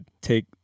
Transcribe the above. take